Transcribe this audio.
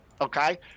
okay